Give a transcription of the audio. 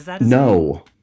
no